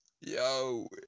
Yo